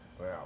Wow